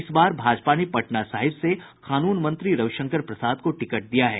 इस बार भाजपा ने पटना साहिब से कानून मंत्री रवि शंकर प्रसाद को टिकट दिया है